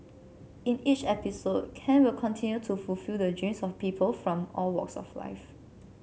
in each episode Ken will continue to fulfil the dreams of people from all walks of life